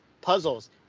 puzzles